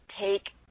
take